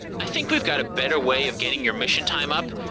i think we've got a better way of getting your mission time up.